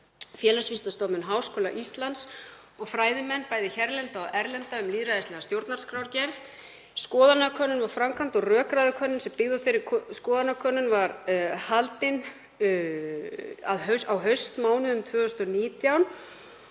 Félagsvísindastofnun Háskóla Íslands og fræðimenn, bæði hérlenda og erlenda, um lýðræðislega stjórnarskrárgerð. Skoðanakönnun var framkvæmd og rökræðukönnun, sem byggði á þeirri skoðanakönnun, var haldin á haustmánuðum 2019.